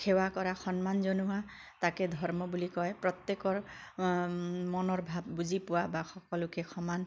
সেৱা কৰা সন্মান জনোৱা তাকে ধৰ্ম বুলি কয় প্ৰত্যেকৰ মনৰ ভাৱ বুজি পোৱা বা সকলোকে সমান